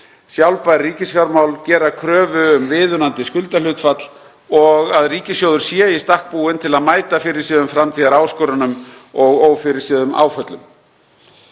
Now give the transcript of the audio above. Sjálfbær ríkisfjármál gera kröfu um viðunandi skuldahlutfall og að ríkissjóður sé í stakk búinn til að mæta fyrirséðum framtíðaráskorunum og ófyrirséðum áföllum.